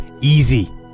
easy